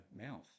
mouth